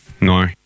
No